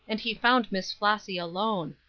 and he found miss flossy alone.